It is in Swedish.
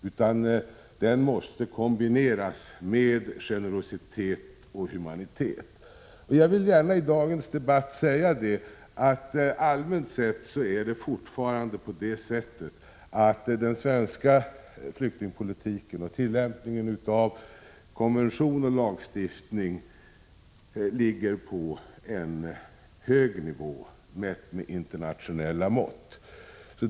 Denna politik måste kombineras med generositet och humanitet. Jag vill i dagens debatt gärna säga att den svenska flyktingpolitiken och tillämpningen av konvention och lagstiftning allmänt sett ligger på en hög nivå, mätt med internationella mått.